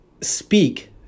speak